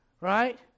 right